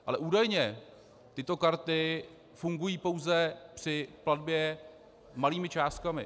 Ale údajně tyto karty fungují pouze při platbě malými částkami.